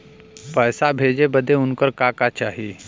पैसा भेजे बदे उनकर का का चाही?